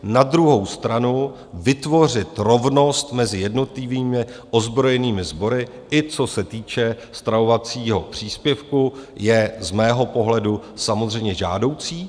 Na druhou stranu vytvořit rovnost mezi jednotlivými ozbrojenými sbory, i co se týče stravovacího příspěvku, je z mého pohledu samozřejmě žádoucí.